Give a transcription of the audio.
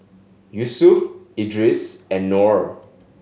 Yusuf Idris and Nor